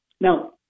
now